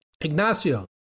Ignacio